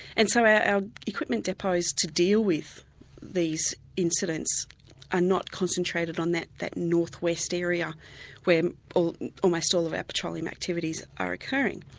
and so our equipment depots to deal with these incidents are not concentrated on that that north-west area where almost all of our petroleum activities are occurring.